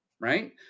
Right